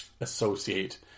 associate